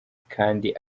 kandi